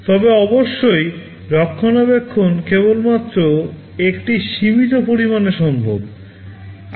তবে অবশ্যই রক্ষণাবেক্ষণ কেবলমাত্র একটি সীমিত পরিমাণে সম্ভব